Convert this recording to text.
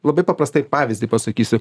labai paprastai pavyzdį pasakysiu